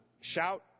shout